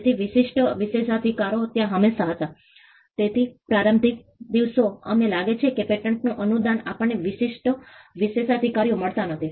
તેથી વિશિષ્ટ વિશેષાધિકારો ત્યાં હંમેશા હતા તેથી પ્રારંભિક દિવસોમાં અમને લાગે છે કે પેટર્ન અનુદાન આપણને વિશિષ્ટ વિશેષાધિકારો મળતા નથી